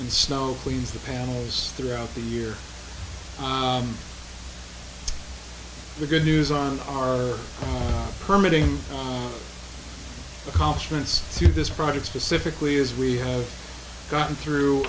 and snow cleans the panels throughout the year the good news on our permit in accomplishments to this project specifically as we have gotten through